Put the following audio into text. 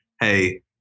hey